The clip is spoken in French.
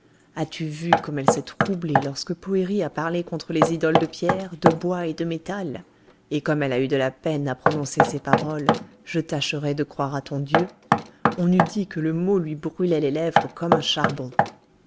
as-tu vu comme elle s'est troublée lorsque poëri a parlé contre les idoles de pierre de bois et de métal et comme elle a eu de la peine à prononcer ces paroles je tâcherai de croire à ton dieu on eût dit que le mot lui brûlait les lèvres comme un charbon